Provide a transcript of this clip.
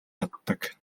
чаддаг